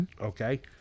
Okay